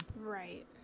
right